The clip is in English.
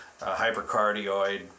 hypercardioid